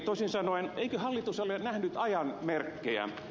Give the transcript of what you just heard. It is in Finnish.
toisin sanoen eikö hallitus ole nähnyt ajan merkkejä